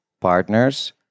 partners